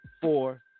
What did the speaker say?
four